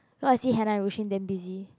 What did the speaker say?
so I see Naroushion then busy